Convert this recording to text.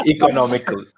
Economical